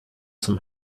zum